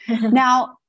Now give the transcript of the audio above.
Now